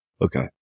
Okay